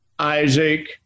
isaac